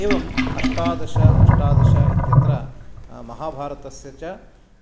एवं अष्टादश अष्टादश इत्यत्र महाभारतस्य च